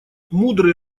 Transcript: мудрый